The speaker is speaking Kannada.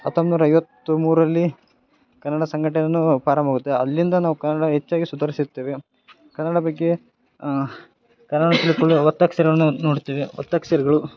ಹತ್ತೊಂಬತ್ತು ನೂರ ಐವತ್ತ ಮೂರರಲ್ಲಿ ಕನ್ನಡ ಸಂಘಟನೆಯನ್ನು ಪಾರಂಭವಾಗುತ್ತೆ ಅಲ್ಲಿಂದ ನಾವು ಕನ್ನಡ ಹೆಚ್ಚಾಗಿ ಸುಧಾರಿಸಿರ್ತೇವೆ ಕನ್ನಡ ಬಗ್ಗೆ ಕನ್ನಡಕ್ಕೆ ಕೊಡೊ ಒತ್ತಕ್ಷರವನ್ನು ನೋಡುತ್ತೇವೆ ಒತ್ತಕ್ಷರಗಳು